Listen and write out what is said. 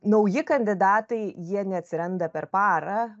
nauji kandidatai jie neatsiranda per parą